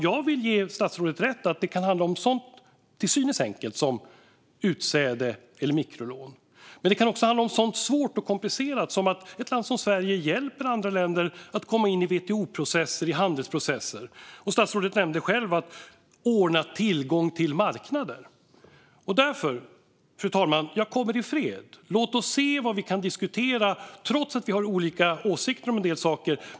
Jag vill ge statsrådet rätt: Det kan handla om något så till synes enkelt som utsäde eller mikrolån. Men det kan också handla om något så svårt och komplicerat som att ett land som Sverige hjälper andra länder att komma in i WTO-processer och handelsprocesser. Statsrådet nämnde själv detta att ordna tillgång till marknader. Därför, fru talman: Jag kommer i fred. Låt oss se vad vi kan diskutera trots att vi har olika åsikter om en del saker.